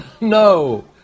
no